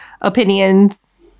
opinions